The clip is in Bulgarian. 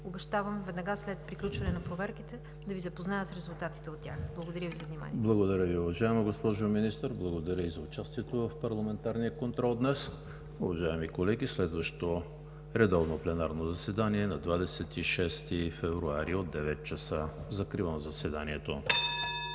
обещавам веднага след приключване на проверките да Ви запозная с резултатите от тях. Благодаря Ви за вниманието. ПРЕДСЕДАТЕЛ ЕМИЛ ХРИСТОВ: Благодаря Ви, уважаема госпожо Министър. Благодаря и за участието в парламентарния контрол днес. Уважаеми колеги, следващото редовно пленарно заседание ще бъде на 26 февруари 2020 г. от 9,00 ч. Закривам заседанието.